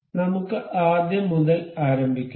അതിനാൽ നമുക്ക് ആദ്യം മുതൽ ആരംഭിക്കാം